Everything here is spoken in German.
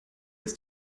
ist